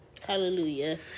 Hallelujah